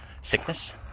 sickness